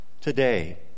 today